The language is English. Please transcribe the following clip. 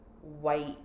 white